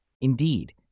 Indeed